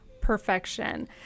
perfection